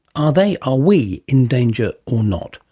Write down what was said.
are they, are we in danger or not?